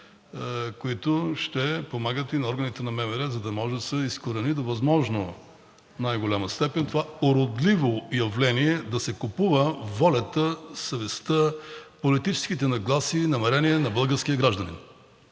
които ще помагат и на органите на МВР, за да може да се изкорени до възможно най-голяма степен това уродливо явление да се купуват волята, съвестта, политическите нагласи и намерения на българския гражданин.